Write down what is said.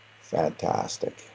fantastic